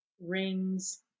rings